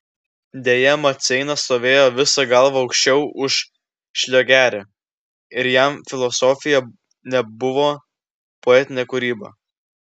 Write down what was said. deja maceina stovėjo visa galva aukščiau už šliogerį ir jam filosofija nebuvo poetinė kūryba